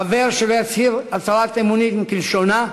חבר שלא יצהיר הצהרת אמונים כלשונה,